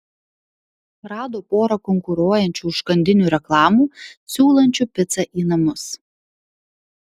rado porą konkuruojančių užkandinių reklamų siūlančių picą į namus